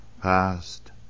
past